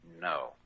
No